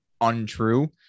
untrue